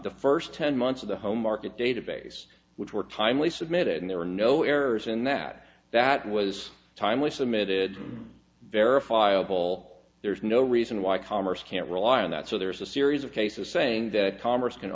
the first ten months of the home market database which were timely submitted and there are no errors in that that was timely submitted verifiable there's no reason why commerce can't rely on that so there is a series of cases saying that congress can